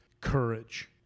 courage